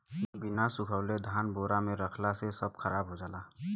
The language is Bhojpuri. बिना सुखवले धान बोरा में रखला से सब खराब हो जाला